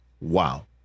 Wow